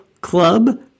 club